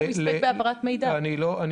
אני לא מבינה למה אתה מסתפק בהעברת מידע.